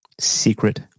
Secret